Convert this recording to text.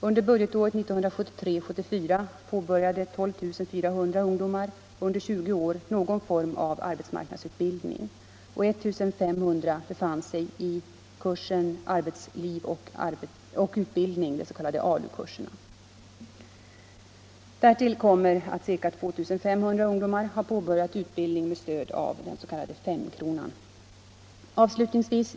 Under budgetåret 1973/74 påbörjade 12400 ungdomar under 20 år någon form av arbetsmarknadsutbildning och 1 500 befann sig i kursen arbetsliv och utbildning, s.k. ALU-kurser. Därtill kommer att ca 2 500 ungdomar har påbörjat utbildning med stöd av den s.k. femkronan. Avslutningsvis.